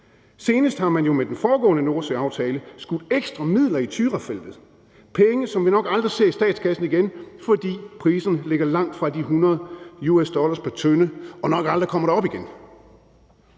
Senest har man jo med den foregående Nordsøaftale skudt ekstra midler i Tyrafeltet – penge, som vi nok aldrig ser i statskassen igen, fordi priserne ligger langt fra de 100 US-dollar pr. tønde og nok aldrig kommer derop igen.